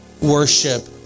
worship